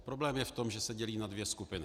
Problém je v tom, že se dělí na dvě skupiny.